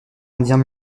indiens